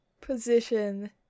position